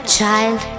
child